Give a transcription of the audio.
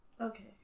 okay